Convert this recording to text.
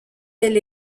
elle